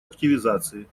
активизации